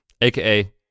aka